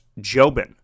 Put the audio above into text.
Jobin